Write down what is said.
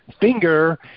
Finger